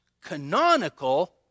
canonical